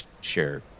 share